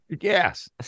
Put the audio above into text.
Yes